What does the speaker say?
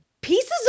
pieces